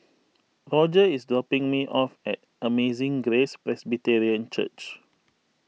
Roger is dropping me off at Amazing Grace Presbyterian Church